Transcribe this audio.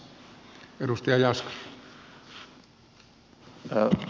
arvoisa herra puhemies